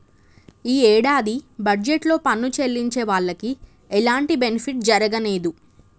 యీ యేడాది బడ్జెట్ లో పన్ను చెల్లించే వాళ్లకి ఎలాంటి బెనిఫిట్ జరగనేదు